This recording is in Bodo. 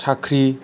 साख्रि